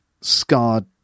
scarred